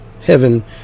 heaven